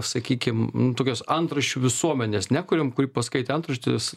sakykim nu tokios antraščių visuomenės nekuriam kur paskaitę antraštes